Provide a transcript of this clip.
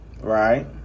right